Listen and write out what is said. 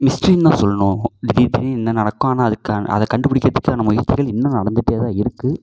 mystery தான் சொல்லணும் திடீர் திடீர் என்ன நடக்கும் ஆனால் அதுக்கான அதை கண்டுப்பிடிக்கிறக்கு தான் நம்ம இஸ்ரேல் இன்னும் நடந்துகிட்டே தான் இருக்குது